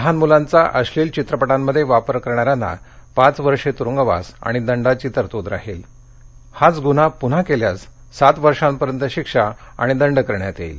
लहान मुलांचा अश्निल चित्रपटांमध्ये वापर करणाऱ्यांना पाच वर्षे तुरुंगवास आणि दंडाची तरतूद राहील पुन्हा हाच गुन्हा केल्यास सातवर्षापर्यंत शिक्षा आणि दंड करण्यात येईल